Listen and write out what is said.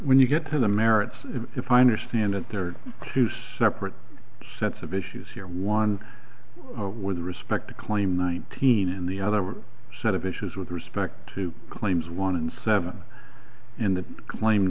when you get to the merits if i understand it there are two separate sets of issues here one with respect to claim nineteen in the other set of issues with respect to claims one in seven in the claim